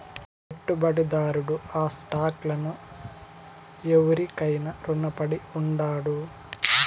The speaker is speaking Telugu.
పెట్టుబడిదారుడు ఆ స్టాక్ లను ఎవురికైనా రునపడి ఉండాడు